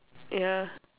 yeah